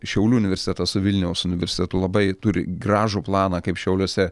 šiaulių universitetas su vilniaus universitetu labai turi gražų planą kaip šiauliuose